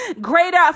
greater